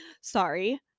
Sorry